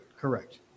Correct